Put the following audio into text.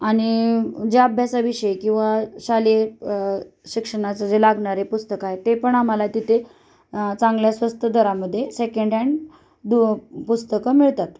आणि ज्या अभ्यासाविषयी किंवा शालेय शिक्षणाचं जे लागणारे पुस्तकं आहे ते पण आम्हाला तिथे चांगल्या स्वस्त दरामध्ये सेकंड हँड दु पुस्तकं मिळतात